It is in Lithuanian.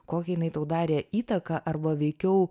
kokią jinai tau darė įtaką arba veikiau